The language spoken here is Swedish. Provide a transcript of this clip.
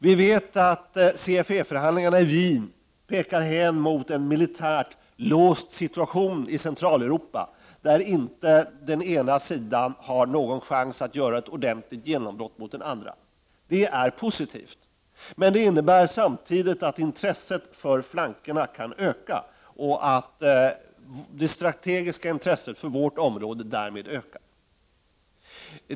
Vi vet att CFE-förhandlingarna i Wien pekar hän mot en militärt låst situation i Centraleuropa, där den ena sidan inte har någon chans att göra ett ordentligt genombrott mot den andra. Det är positivt. Men det innebär samtidigt att intresset för flankerna kan öka och att det strategiska intresset för vårt område därmed skulle öka.